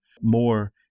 more